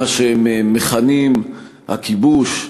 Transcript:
מה שהם מכנים "הכיבוש".